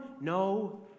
No